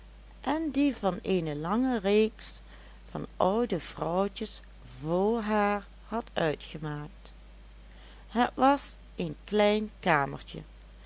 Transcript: en die van eene lange reeks van oude vrouwtjes vr haar had uitgemaakt het was een klein kamertje